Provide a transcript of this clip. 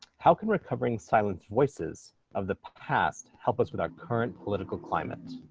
how can recovering silence voices of the past help us with our current political climate?